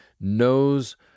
knows